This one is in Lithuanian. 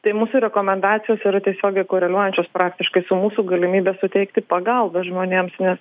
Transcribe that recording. tai mūsų rekomendacijos yra tiesiogiai koreliuojančios praktiškai su mūsų galimybe suteikti pagalbą žmonėms nes